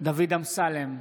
דוד אמסלם,